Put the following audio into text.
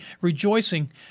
rejoicing